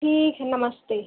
ठीक है नमस्ते